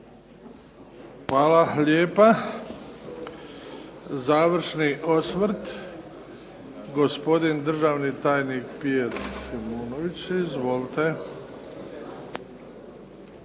Hvala lijepa. Završni osvrt gospodin državni tajnik Pjer Šimonović.